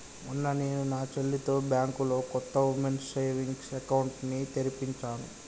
మొన్న నేను నా చెల్లితో బ్యాంకులో కొత్త ఉమెన్స్ సేవింగ్స్ అకౌంట్ ని తెరిపించాను